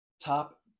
top